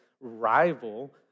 rival